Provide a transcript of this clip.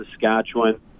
Saskatchewan